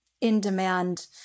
in-demand